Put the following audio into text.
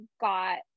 got